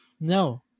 No